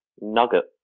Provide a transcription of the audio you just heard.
nugget